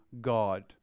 God